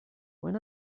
when